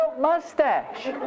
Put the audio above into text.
mustache